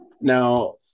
Now